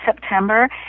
September